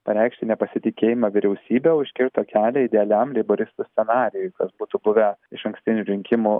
pareikšti nepasitikėjimą vyriausybe užkirto kelią idealiam leiboristų scenarijui kas būtų buvę išankstinių rinkimų